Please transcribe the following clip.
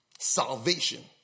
salvation